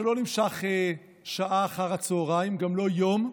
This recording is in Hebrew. מסע שלא נמשך שעה אחר הצוהריים, גם לא יום,